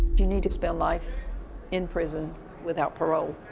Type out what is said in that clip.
you need to spend life in prison without parole.